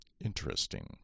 interesting